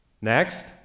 Next